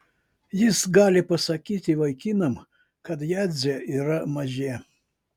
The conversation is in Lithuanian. jis gali pasakyti vaikinam kad jadzė yra mažė